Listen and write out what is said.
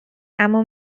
اما